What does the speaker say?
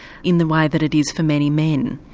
in the way that it is for many men.